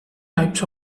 types